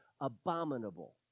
abominable